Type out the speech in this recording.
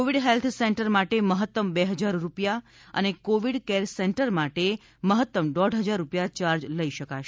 Covid health centre માટે મહત્તમ બે હજાર રૂપિયા અને કોવીડ કેર સેન્ટર માટે મહત્તમ દોઢ હજાર રૂપિયા ચાર્જ લઇ શકશે